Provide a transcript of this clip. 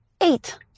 eight